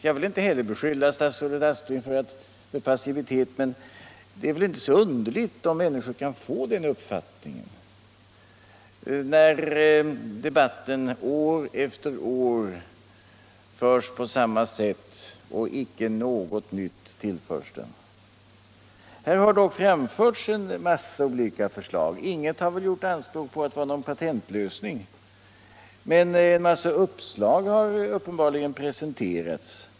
Jag vill inte heller beskylla statsrådet Aspling för passivitet, men det är väl inte så underligt om människor kan få den uppfattningen när debatten år efter år förs på samma sätt och icke något nytt tillförs den. Här har dock framförts en massa olika förslag. Inget har väl gjort anspråk på att vara någon patentlösning, men en massa uppslag har uppenbarligen presenterats.